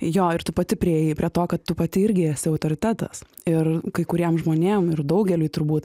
jo ir tu pati priėjai prie to kad tu pati irgi esi autoritetas ir kai kuriem žmonėm ir daugeliui turbūt